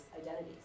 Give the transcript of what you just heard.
identities